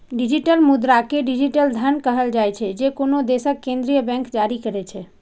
digital मुद्रा कें digital धन कहल जाइ छै, जे कोनो देशक केंद्रीय बैंक जारी करै छै